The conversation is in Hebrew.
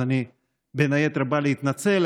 אז אני בין היתר בא להתנצל.